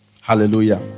Hallelujah